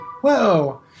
whoa